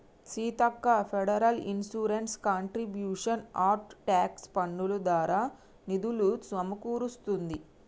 Seethakka federal insurance contributions act tax పన్నులు దారా నిధులులు సమకూరుస్తుంది